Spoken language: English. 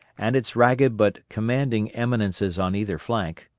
and its ragged but commanding eminences on either flank,